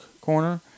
Corner